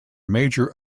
major